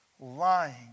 lying